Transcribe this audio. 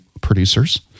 producers